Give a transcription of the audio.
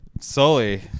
Sully